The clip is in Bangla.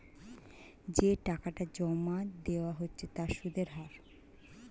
যে টাকাটা জমা দেওয়া হচ্ছে তার সুদের হার